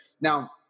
now-